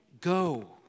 go